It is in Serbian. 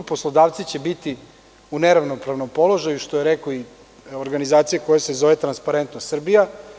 Poslodavci će biti u neravnopravnom položaju, što je rekla i organizacija koja se zove „Transparentna Srbija“